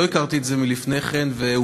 לא הכרתי את זה לפני כן,